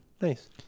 Nice